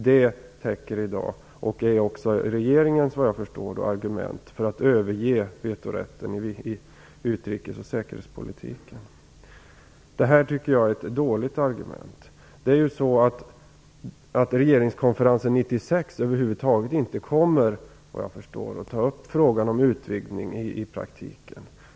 Jag förstår att det i dag också är regeringens argument för att överge vetorätten i utrikes och säkerhetspolitiken. Jag tycker att det är ett dåligt argument. Regeringskonferensen 1996 kommer över huvud taget inte, såvitt jag förstår, att ta upp frågan om utvidgning i praktiken.